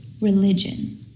religion